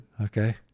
Okay